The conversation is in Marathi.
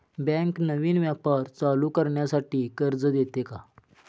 बँक नवीन व्यापार चालू करण्यासाठी कर्ज देते का?